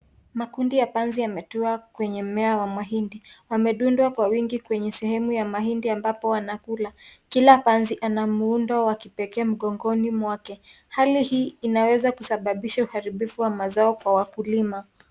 Makundi ya panzi yametua kwenye mmea wa mahindi. Wamedunda kwa wingi kwenye sehemu ya mahindi ambapo wanakula. Kila panzi ana muundo wa kipekee mgongoni mwake. Hali hii inaweza kusababisha uharibifu wa mazao kwa wakulima.